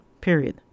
Period